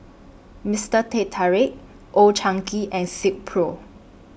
Mister Teh Tarik Old Chang Kee and Silkpro